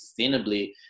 sustainably